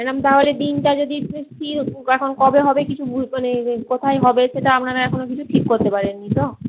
madam তাহলে দিনটা যদি একটু স্থির এখন কবে হবে কিছু মানে কোথায় হবে সেটা আপনারা এখনো কিছু ঠিক করতে পারেননি তো